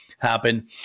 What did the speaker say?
Happen